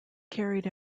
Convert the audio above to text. carried